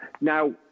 now